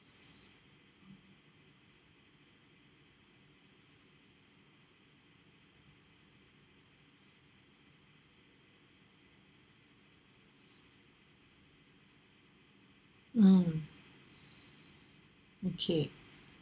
mm okay